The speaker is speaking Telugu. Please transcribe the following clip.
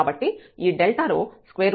కాబట్టి ఈ Δρ x2Δy2 అవుతుంది